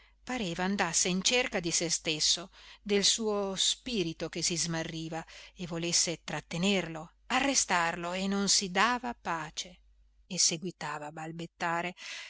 pareva andasse in cerca di se stesso del suo spirito che si smarriva e volesse trattenerlo arrestarlo e non si dava pace e seguitava a balbettare